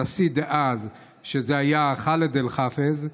הנשיא דאז חאלד אל-חאפז,